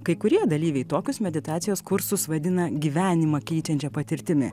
kai kurie dalyviai tokius meditacijos kursus vadina gyvenimą keičiančia patirtimi